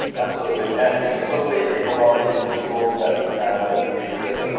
absolutely, and it's totally enabled all these cool tools that that we use that